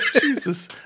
Jesus